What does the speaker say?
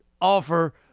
offer